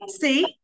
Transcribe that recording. See